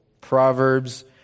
Proverbs